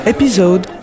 Episode